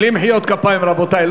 רבותי, בלי מחיאות כפיים.